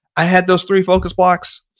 i had those three focus blocks.